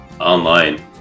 online